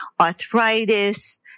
arthritis